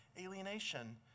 alienation